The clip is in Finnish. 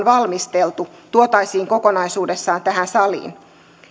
valmisteltu tuotaisiin kokonaisuudessaan tähän saliin